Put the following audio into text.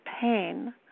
pain